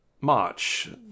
March